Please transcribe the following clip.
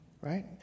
right